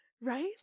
Right